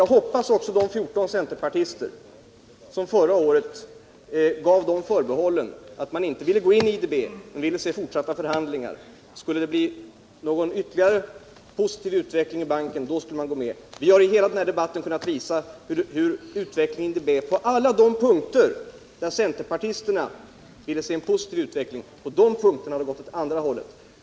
Det hoppas jag att också de 14 centerpartisterna gör, eftersom de förra året gav uttryck åt uppfattningen att vi inte skulle gå med i IDB utan avvakta resultatet av fortsatta förhandlingar. Skulle banken utvecklas på ett för oss positivt sätt, då skulle vi gå med. Vi har i den här debatten kunnat visa hur utvecklingen i I1DB på alla de punkter där centerpartisterna ville se en positiv utveckling har gått åt andra hållet.